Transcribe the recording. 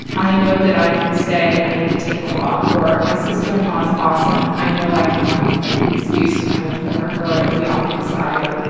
i know that i can say i need to take a walk. or my sister in law is awesome i know i can, like, make an excuse to kind of corner her and be off to the side. or,